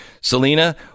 selena